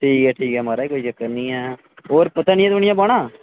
ठीक ऐ ठीक महाराज कोई चक्कर निं ऐ होर धनियां धूनिया पाना